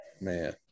man